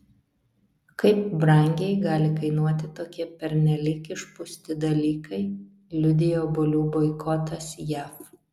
kaip brangiai gali kainuoti tokie pernelyg išpūsti dalykai liudija obuolių boikotas jav